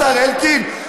השר אלקין?